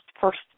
first